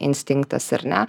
instinktas ar ne